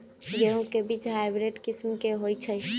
गेंहू के बीज हाइब्रिड किस्म के होई छई?